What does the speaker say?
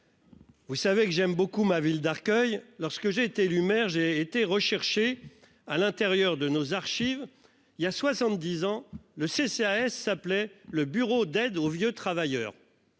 Vous savez que j'aime beaucoup ma ville d'Arcueil. Lorsque j'ai été élu maire, j'ai été rechercher à l'intérieur de nos archives il y a 70 ans, le CCAS s'appelait le bureau d'aide aux vieux travailleurs.